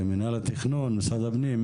מנהל התכנון, משרד הפנים?